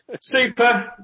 super